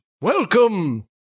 Welcome